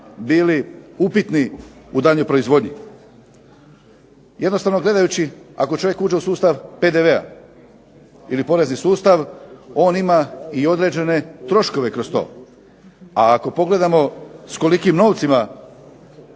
bili upitni u daljnjoj proizvodnji. Jednostavno gledajući ako čovjek uđe u sustav PDV ili porezni sustav on ima određene i troškove kroz to, a ako pogledamo s kolikim novcima